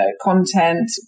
content